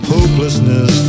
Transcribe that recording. Hopelessness